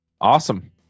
Awesome